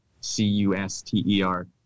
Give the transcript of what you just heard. C-U-S-T-E-R